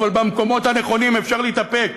אבל במקומות הנכונים צריך להתאפק.